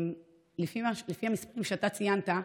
לפי המספרים שאתה ציינת,